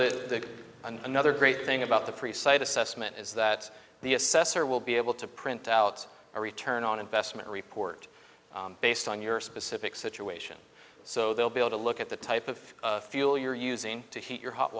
the another great thing about the free site assessment is that the assessor will be able to print out a return on investment report based on your specific situation so they'll be able to look at the type of fuel you're using to heat your hot